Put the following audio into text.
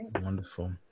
wonderful